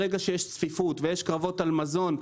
ברגע שיש צפיפות ויש קרבות על מזון,